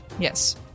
Yes